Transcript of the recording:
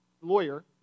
lawyer